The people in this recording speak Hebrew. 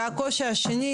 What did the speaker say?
והקושי השני,